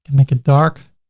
make a dark.